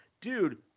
Dude